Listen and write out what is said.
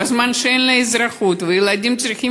בזמן שאין לה אזרחות והילדים צריכים